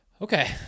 Okay